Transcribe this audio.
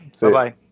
Bye-bye